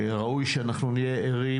ראוי שאנחנו נהיה ערים